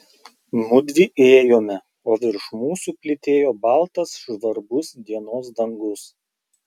mudvi ėjome o virš mūsų plytėjo baltas žvarbus dienos dangus